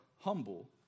humble